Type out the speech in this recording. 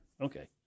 Okay